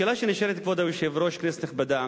השאלה שנשאלת, כבוד היושב-ראש, כנסת נכבדה,